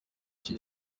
iki